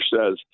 says